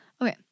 Okay